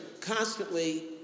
constantly